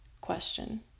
Question